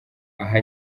aha